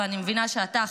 ואני מבינה שאתה,